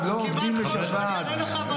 אני אראה לך.